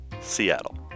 Seattle